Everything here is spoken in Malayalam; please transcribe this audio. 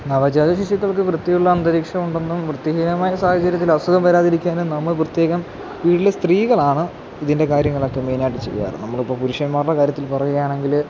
നവജാത ശിശുക്കള്ക്ക് വൃത്തിയുള്ള അന്തരീക്ഷം ഉണ്ടെന്നും വൃത്തിഹീനമായ സാഹചര്യത്തില് അസുഖം വരാതിരിക്കാനും നമ്മള് പ്രത്യേകം വീട്ടിലെ സ്ത്രീകളാണ് ഇതിന്റെ കാര്യങ്ങളൊക്കെ മെയിനായിട്ട് ചെയ്യാറ് നമ്മളിപ്പം പുരുഷന്മാരുടെ കാര്യത്തില് പറയുകയാണെങ്കിൽ